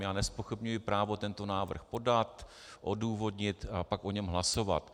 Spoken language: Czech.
Já nezpochybňuji právo tento návrh podat, odůvodnit a pak o něm hlasovat.